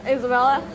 Isabella